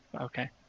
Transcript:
Okay